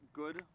good